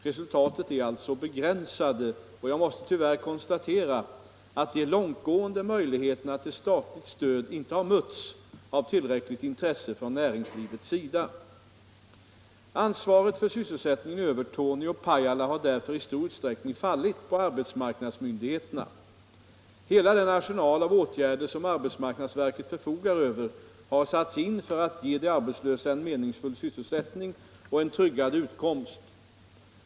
Resultaten är alltså begränsade, och jag måste tyvärr konstatera att de långtgående möjligheterna till statligt stöd inte har mötts av tillräckligt intresse från näringslivets sida. Ansvaret för sysselsättningen i Övertorneå och Pajala har därför i stor utsträckning fallit på arbetsmarknadsmyndigheterna. Hela den arsenal av åtgärder som arbetsmarknadsverket förfogar över har satts in för att ge de arbetslösa en meningsfull sysselsättning och en tryggad utkomst.